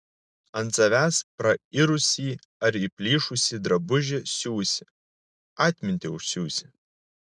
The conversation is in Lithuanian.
ant savęs prairusį ar įplyšusį drabužį siūsi atmintį užsiūsi